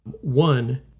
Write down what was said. One